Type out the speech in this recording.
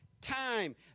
time